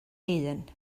hun